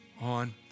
on